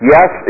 Yes